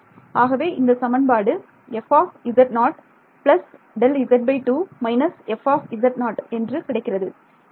ஆகவே இந்த சமன்பாடு fz0 Δz2 − f கிடைக்கிறது